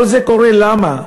כל זה קורה למה?